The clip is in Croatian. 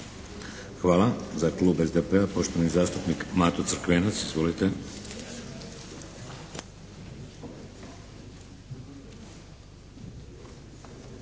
Hvala. Za Klub SDP-a poštovani zastupnik Mato Crkvenac. Izvolite.